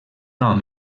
nom